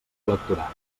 electorat